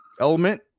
element